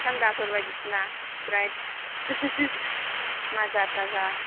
थान्डाफोर बायदिसिना स्प्राइट माजा थाजा